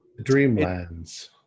Dreamlands